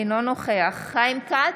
אינו נוכח חיים כץ,